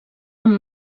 amb